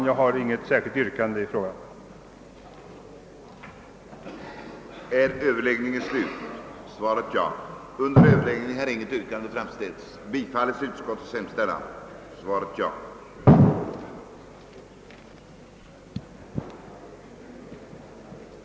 Jag har inget särskilt yrkande på denna punkt.